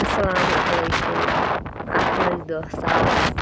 اَسَلامُ علیکُم اَکھ لَچھ دہ ساس